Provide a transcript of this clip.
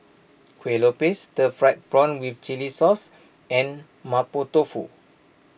Kueh Lopes Stir Fried Prawn with Chili Sauce and Mapo Tofu